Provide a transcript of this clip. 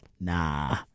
nah